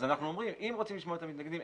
אז אנחנו אומרים שאם רוצים לשמוע את המתנגדים,